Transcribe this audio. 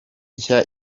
nshya